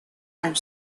and